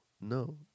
no